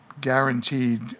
guaranteed